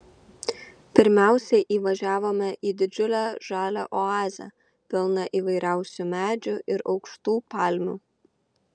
pirmiausia įvažiavome į didžiulę žalią oazę pilną įvairiausių medžių ir aukštų palmių